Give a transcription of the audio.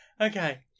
Okay